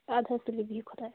اَدٕ حظ تُلِوبیٚہوخۄدایس حوالہ